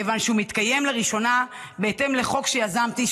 כיוון שהוא מתקיים לראשונה בהתאם לחוק שיזמתי,